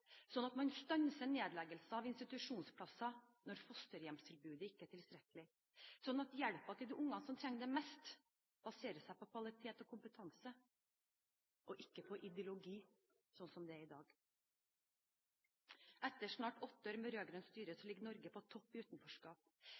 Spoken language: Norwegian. at man stanser nedleggelse av institusjonsplasser når fosterhjemstilbudet ikke er tilstrekkelig, og at hjelpen til de ungene som trenger det mest, baserer seg på kvalitet og kompetanse og ikke på ideologi, slik som det er i dag. Etter snart åtte år med rød-grønt styre ligger Norge på topp i utenforskap.